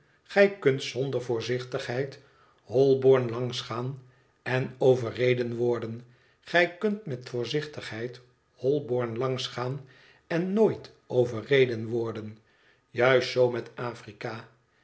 gij kunt zonder voorzichtigheid holb o r n langs gaan en overreden worden gij kunt met voorzichtigheid holborn langs gaan en nooit overreden worden juist zoo met a